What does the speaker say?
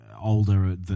older